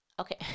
Okay